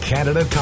Canada